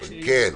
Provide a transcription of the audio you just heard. כן.